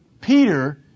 Peter